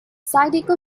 zydeco